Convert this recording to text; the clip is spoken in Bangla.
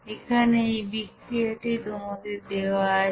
এখানে এই বিক্রিয়াটি তোমাদের দেওয়া আছে